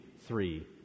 three